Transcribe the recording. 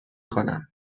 کنم